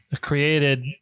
created